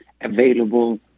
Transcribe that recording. available